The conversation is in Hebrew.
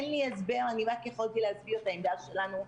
רק יכולתי להסביר את העמדה שלנו.